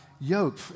yoke